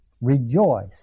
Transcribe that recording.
Rejoice